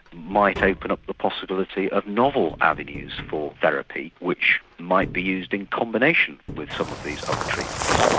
might open up the possibility of novel avenues for therapy which might be used in combination with some of these other treatments.